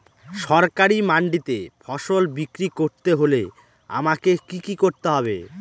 সরকারি মান্ডিতে ফসল বিক্রি করতে হলে আমাকে কি কি করতে হবে?